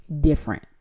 different